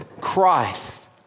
Christ